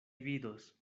vidos